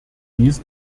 dies